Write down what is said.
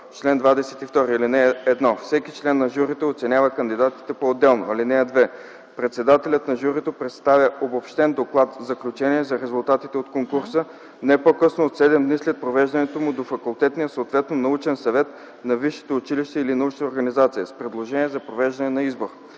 „Чл. 22. (1) Всеки член на журито оценява кандидатите поотделно. (2) Председателят на журито представя обобщен доклад-заключение за резултатите от конкурса, не по-късно от 7 дни след провеждането му до факултетния, съответно научния съвет на висшето училище или научната организация, с предложение за провеждане на избор.